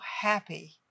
happy